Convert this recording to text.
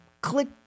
click